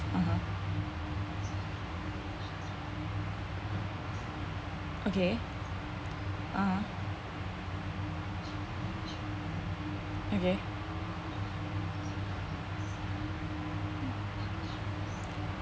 (uh huh) okay (uh huh) okay